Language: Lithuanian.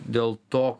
dėl to